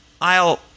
I'll—